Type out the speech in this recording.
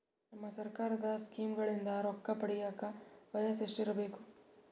ನಮ್ಮ ಸರ್ಕಾರದ ಸ್ಕೀಮ್ಗಳಿಂದ ರೊಕ್ಕ ಪಡಿಯಕ ವಯಸ್ಸು ಎಷ್ಟಿರಬೇಕು?